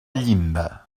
llinda